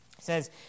says